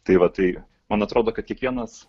tai va tai man atrodo kad kiekvienas